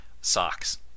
socks